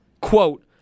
quote